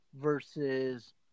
versus